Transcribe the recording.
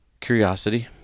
curiosity